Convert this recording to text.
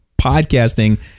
podcasting